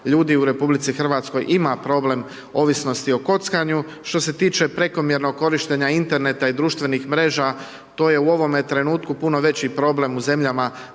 ljudi u RH ima problem ovisnosti o kockanju. Što se tiče prekomjernog korištenja interneta i društvenih mreža to je u ovome trenutku puno veći problem u zemljama